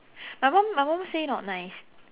my mum my mum say not nice